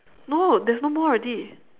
no there's no more already